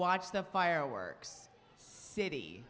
watch the fireworks city